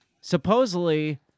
supposedly